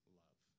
love